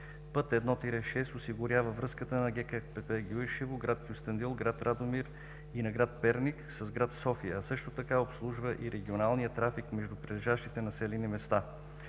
Път 1-6 осигурява връзката на ГКПП Гюешево, град Кюстендил, град Радомир и на град Перник с град София, а също така обслужва и регионалния трафик между прилежащите населени места.